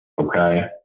okay